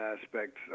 aspects